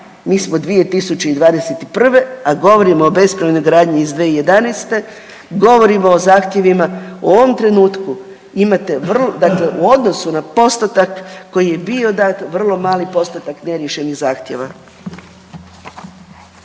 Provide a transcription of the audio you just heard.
mi smo 2021., a govorimo o bespravnoj gradnji iz 2011., govorimo o zahtjevima u ovom trenutku dakle u odnosu na postotak koji je bio dat, vrlo mali postotak neriješenih zahtjeva.